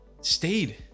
stayed